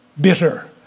bitter